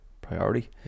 priority